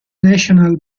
national